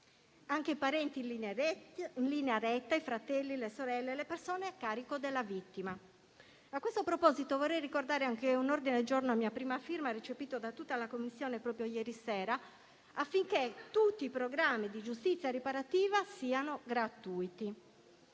civile, i parenti in linea retta (i fratelli e le sorelle) e le persone a carico della vittima. A questo proposito vorrei ricordare anche un ordine del giorno a mia prima firma, recepito da tutta la Commissione proprio ieri sera, affinché tutti i programmi di giustizia riparativa siano gratuiti.